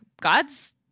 God's